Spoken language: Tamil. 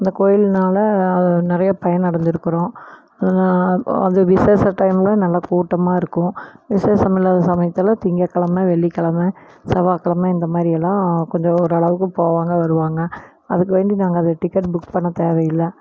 இந்த கோயில்னால் நிறைய பயன் அடைஞ்சிருக்குறோம் அது விசேஷ ட்டைமில் நல்லா கூட்டமாக இருக்கும் விசேஷம் இல்லாத சமயத்தில் திங்கள் கெழம வெள்ளி கெழம செவ்வாய் கெழம இந்தமாதிரியெல்லாம் கொஞ்சம் ஓரளவுக்கு போவாங்க வருவாங்க அதுக்குவேண்டி நாங்கள் டிக்கட் புக் பண்ண தேவையில்ல